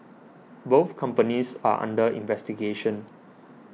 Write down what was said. both companies are under investigation